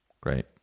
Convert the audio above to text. great